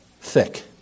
thick